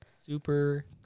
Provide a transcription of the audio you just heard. Super